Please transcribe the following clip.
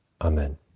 Amen